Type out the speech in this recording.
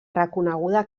reconeguda